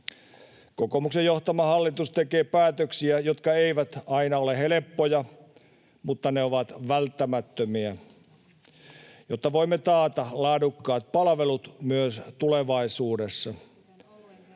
Kokoomuksen johtama hallitus tekee päätöksiä, jotka eivät aina ole helppoja, mutta ne ovat välttämättömiä, jotta voimme taata laadukkaat palvelut myös tulevaisuudessa.